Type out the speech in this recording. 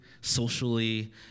socially